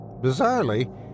Bizarrely